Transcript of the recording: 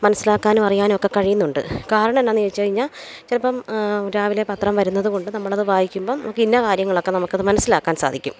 മനസ്സിലാക്കാനും അറിയാനും ഒക്കെ കഴിയുന്നുണ്ട് കാരണം എന്നാന്ന് ചോദിച്ച് കഴിഞ്ഞാൽ ചിലപ്പം രാവിലെ പത്രം വരുന്നത് കൊണ്ട് നമ്മളത് വായിക്കുമ്പം നമുക്ക് ഇന്ന കാര്യങ്ങളൊക്കെ നമുക്കത് മനസ്സിലാക്കാൻ സാധിക്കും